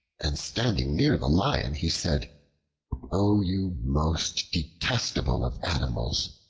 and, standing near the lion, he said o you most detestable of animals!